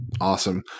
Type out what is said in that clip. Awesome